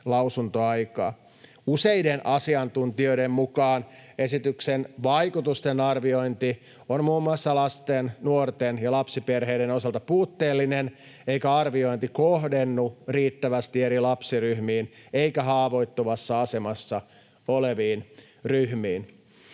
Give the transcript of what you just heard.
Useiden asiantuntijoiden mukaan esityksen vaikutusten arviointi on muun muassa lasten, nuorten ja lapsiperheiden osalta puutteellinen eikä arviointi kohdennu riittävästi eri lapsiryhmiin eikä haavoittuvassa asemassa oleviin ryhmiin.